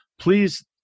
please